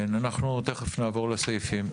תכף נעבור לסעיפים.